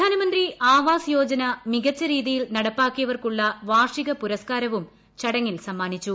പ്രധാനമന്ത്രി ആവാസ് യോജന മികച്ച രീതിയിൽ നടപ്പാക്കിയവർക്കുളള വാർഷിക പുരസ്കാരവും ചടങ്ങിൽ സമ്മാനിച്ചു